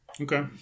Okay